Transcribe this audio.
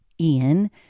Ian